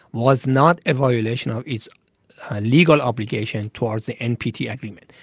was not a violation of its legal obligation, towards the npt yeah agreement.